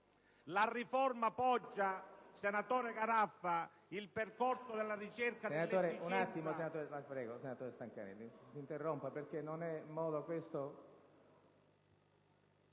La riforma poggia, senatore Garraffa, il percorso di ricerca dell'efficienza...